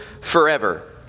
forever